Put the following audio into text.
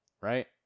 right